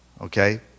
Okay